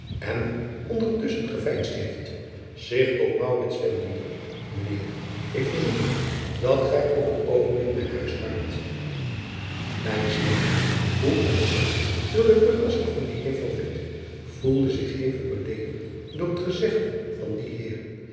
en ondertusschen geveinsd heeft zich tot wendende ijn eer ik verzoek u dat gij op het oogenblik mijn huis ruimt hoe ontzet door de verrassing van den eer voelde zich hevig beleedigd door het gezegde van dien eer